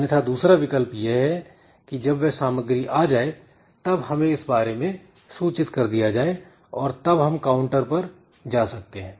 अन्यथा दूसरा विकल्प यह है कि जब वह सामग्री आ जाए तब हमें इस बारे में सूचित कर दिया जाए और तब हम काउंटर पर जा सकते हैं